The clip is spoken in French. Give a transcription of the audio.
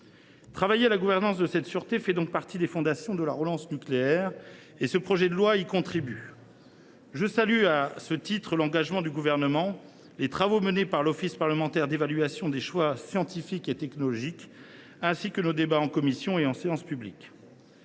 Travailler à la gouvernance de cette sûreté fait donc partie des fondations de la relance du nucléaire, et ce projet de loi y contribue. Je salue, à ce titre, l’engagement du Gouvernement, les travaux menés par l’Office parlementaire d’évaluation des choix scientifiques et technologiques, ainsi que nos débats en commission et en séance publique.